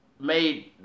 made